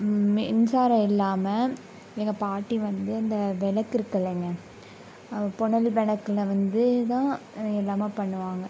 மின்சாரம் இல்லாமல் எங்கள் பாட்டி வந்து இந்த விளக்கு இருக்குல்லேங்க புனல் விளக்குல வந்துதான் எல்லாமே பண்ணுவாங்க